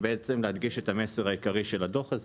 ולהדגיש את המסר העיקרי של הדוח הזה,